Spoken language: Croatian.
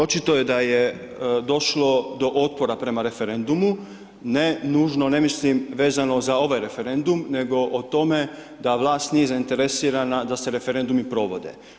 očito je da je došlo do oproba prema referendumu, ne nužno, ne mislim, vezano za ovaj referendum, nego o tome, da vlast nije zainteresirana da se referendumi provode.